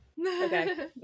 okay